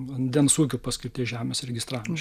vandens ūkio paskirties žemės registravimas